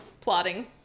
plotting